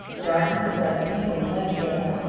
dark as it was, people must get up.